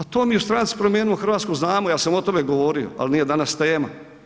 Pa to mi u stranci Promijenimo Hrvatsku znamo, ja sam o tome govorio ali nije danas tema.